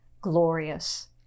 glorious